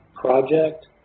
Project